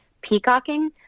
peacocking